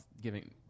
giving